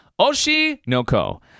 Oshinoko